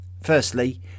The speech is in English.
Firstly